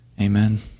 Amen